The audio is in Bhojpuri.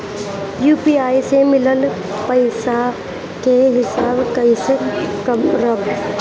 यू.पी.आई से मिलल पईसा के हिसाब कइसे करब?